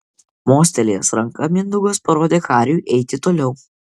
mostelėjęs ranka mindaugas parodė kariui eiti toliau